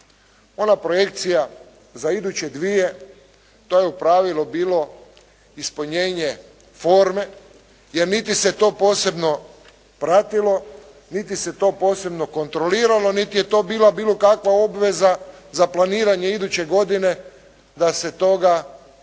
Ona projekcija za iduće dvije, to je u pravilu bilo ispunjenje forme jer niti se to posebno pratilo, niti se to posebno kontroliralo, niti je to bila bilo kakva obveza za planiranje iduće godine da se toga treba